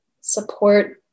support